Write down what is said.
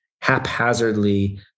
haphazardly